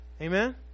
Amen